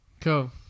cool